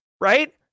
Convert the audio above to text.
right